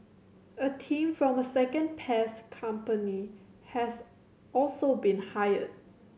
a team from a second pest company has also been hired